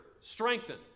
strengthened